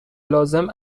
لازم